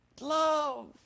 Love